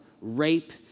rape